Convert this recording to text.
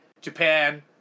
Japan